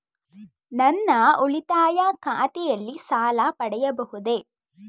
ನನ್ನ ಉಳಿತಾಯ ಖಾತೆಯಲ್ಲಿ ಸಾಲ ಪಡೆಯಬಹುದೇ?